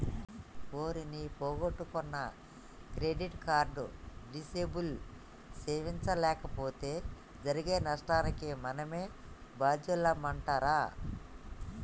ఓరి నీ పొగొట్టుకున్న క్రెడిట్ కార్డు డిసేబుల్ సేయించలేపోతే జరిగే నష్టానికి మనమే బాద్యులమంటరా